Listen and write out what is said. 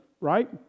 Right